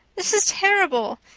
this is terrible.